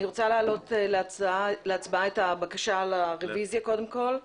אני רוצה להעלות להצבעה את הבקשה לרביזיה קודם כל.